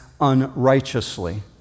unrighteously